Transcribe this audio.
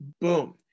Boom